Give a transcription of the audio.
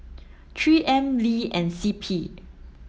three M Lee and C P